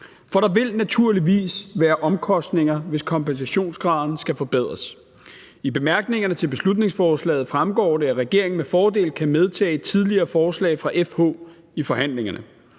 For der vil naturligvis være omkostninger, hvis kompensationsgraden skal forbedres. I bemærkningerne til beslutningsforslaget fremgår det, at regeringen med fordel kan medtage tidligere forslag fra FH i forhandlingerne.